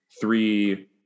three